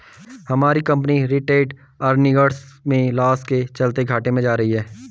हमारी company retained earnings में loss के चलते घाटे में जा रही है